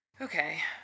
Okay